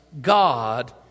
God